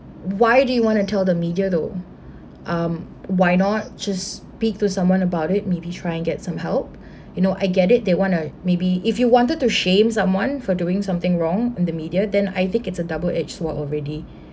why do you want to tell the media though um why not just speak to someone about it maybe try and get some help you know I get it they want to maybe if you wanted to shame someone for doing something wrong and the media then I think it's a double-edged sword already